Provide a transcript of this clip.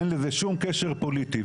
אין לזה שום קשר פוליטי.